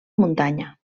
muntanya